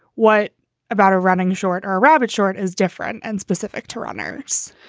what about a running short or a rabbit short is different and specific to runners?